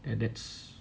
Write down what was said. and that's